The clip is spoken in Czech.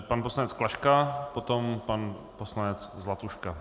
Pan poslanec Klaška, potom pan poslanec Zlatuška.